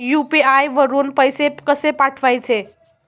UPI वरून पैसे कसे पाठवायचे?